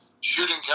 shooting